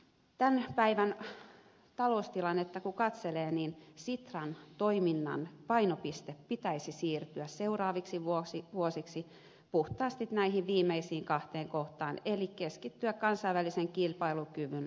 tämän päivän taloustilannetta kun katselee niin sitran toiminnan painopisteen pitäisi siirtyä seuraaviksi vuosiksi puhtaasti näihin viimeisiin kahteen kohtaan eli keskittyä kansainvälisen kilpailukyvyn vahvistamiseen